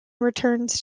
returns